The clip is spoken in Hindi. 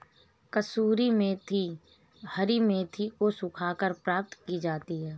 कसूरी मेथी हरी मेथी को सुखाकर प्राप्त की जाती है